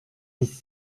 dix